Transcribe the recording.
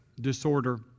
disorder